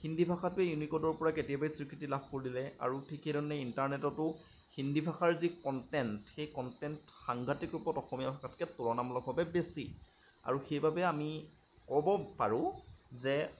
হিন্দী ভাষাটোৱে ইউনিকোডৰ পৰা কেতিয়াবাই স্ৱীকৃতি লাভ কৰিলে আৰু ঠিক সেইধৰণে ইণ্টাৰনটটো হিন্দী ভাষাৰ যি কণ্টেণ্ট সেই কণ্টেণ্ট সাংঘাতিক ৰূপত অসমীয়া ভাষাতকৈ তুলনামূলকভাৱে বেছি আৰু সেইবাবে আমি ক'ব পাৰোঁ যে